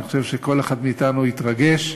אני חושב שכל אחד מאתנו התרגש,